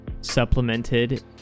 supplemented